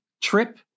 trip